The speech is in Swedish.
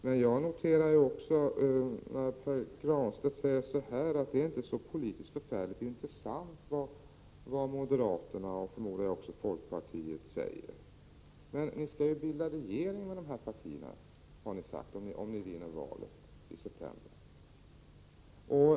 Men jag noterar också att Pär Granstedt säger att det inte är så förfärligt intressant politiskt vad moderaterna — och jag förmodar att det också gäller folkpartiet — säger. Men ni har sagt att ni skall bilda regering med dessa partier om ni vinner valet i september.